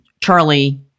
Charlie